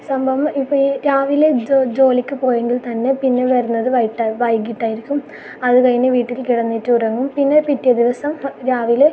സംഭവം ഇപ്പഴ് രാവിലെ ജോലിക്ക് പോയെങ്കിൽ തന്നെ പിന്നെ വരുന്നത് വൈകിട്ടാവും വൈകിട്ട് ആയിരിക്കും അത് കഴിഞ്ഞ് വീട്ടിൽ കിടന്നിട്ട് ഉറങ്ങും പിന്നെ പിറ്റേ ദിവസം രാവിലെ